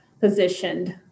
positioned